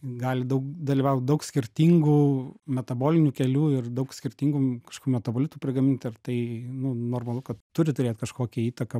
gali daug dalyvaut daug skirtingų metabolinių kelių ir daug skirtingų kažkokių metabolitų prigamint ir tai nu normalu kad turi turėt kažkokią įtaką